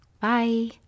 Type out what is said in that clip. bye